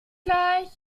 gleich